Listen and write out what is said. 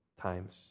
times